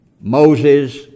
Moses